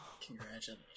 Congratulations